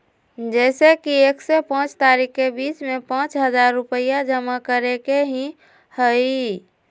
जैसे कि एक से पाँच तारीक के बीज में पाँच हजार रुपया जमा करेके ही हैई?